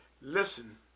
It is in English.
listen